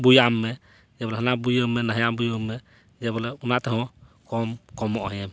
ᱵᱚᱭᱟᱢ ᱢᱮ ᱡᱮ ᱵᱚᱞᱮ ᱦᱟᱱᱟ ᱵᱚᱭᱟᱢ ᱢᱮ ᱱᱚᱣᱟ ᱵᱚᱭᱟᱢ ᱢᱮ ᱡᱮ ᱵᱚᱞᱮ ᱚᱱᱟ ᱛᱮᱦᱚᱸ ᱠᱚᱢ ᱠᱚᱢᱚᱜ ᱮᱢ